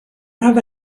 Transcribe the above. have